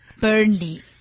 Burnley